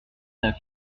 neuf